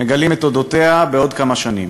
מגלים את אותותיה אחרי כמה שנים.